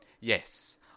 Yes